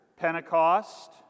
Pentecost